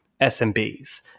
SMBs